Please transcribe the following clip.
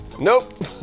Nope